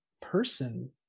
person